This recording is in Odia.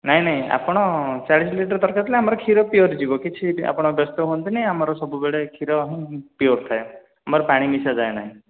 ନାଇଁ ନାଇଁ ଆପଣ ଚାଳିଶ ଲିଟର୍ ଦରକାର ଥିଲେ ଆମର କ୍ଷୀର ପିଓର୍ ଯିବା କିଛି ଆପଣ ବ୍ୟସ୍ତ ହୁଅନ୍ତୁନି ଆମର ସବୁବେଳେ କ୍ଷୀର ହିଁ ପିଓର୍ ଥାଏ ଆମର ପାଣି ମିଶା ଯାଏନି